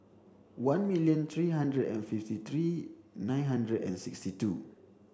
one million three hundred and fifty three nine hundred and sixty two